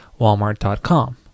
walmart.com